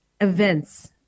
events